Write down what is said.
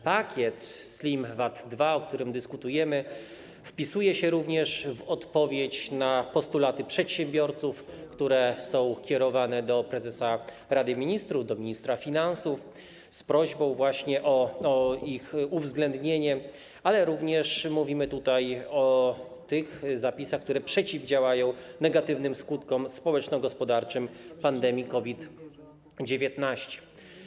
Pakiet Slim VAT 2, o którym dyskutujemy, wpisuje się również w odpowiedź na postulaty przedsiębiorców, które są kierowane do prezesa Rady Ministrów, do ministra finansów z prośbą o ich uwzględnienie, ale również mówimy tutaj o zapisach, które przeciwdziałają negatywnym skutkom społeczno-gospodarczym pandemii COVID-19.